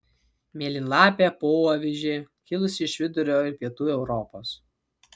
mėlynlapė poavižė kilusi iš vidurio ir pietų europos